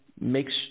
Makes